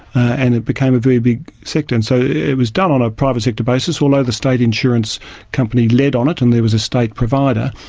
and it became a very big sector, and so it was done on a private sector basis, although the state insurance company led on it, and there was a state provider,